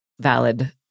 valid